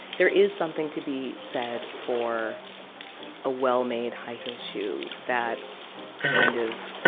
there is something to be said for a well-made high heel shoe that kind of